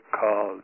called